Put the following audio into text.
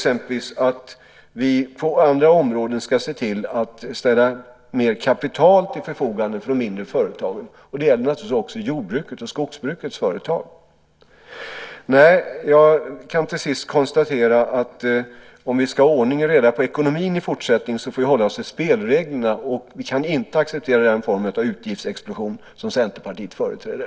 Vidare föreslår vi att vi på andra områden exempelvis ska se till att ställa mer kapital till förfogande för de mindre företagen. Det gäller naturligtvis även jord och skogsbrukens företag. Jag kan slutligen konstatera att om vi också i fortsättningen ska ha ordning och reda i ekonomin får vi hålla oss till spelreglerna. Vi kan därför inte acceptera den form av utgiftsexplosion som Centerpartiet företräder.